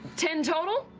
ten total.